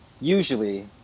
usually